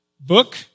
book